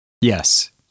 Yes